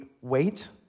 wait